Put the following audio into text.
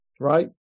Right